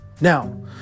now